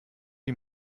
die